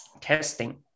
testing